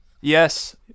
yes